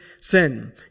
sin